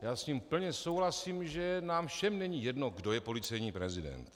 Já s ním plně souhlasím, že nám všem není jedno, kdo je policejní prezident.